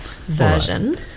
version